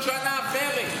זו שנה אחרת.